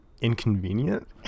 inconvenient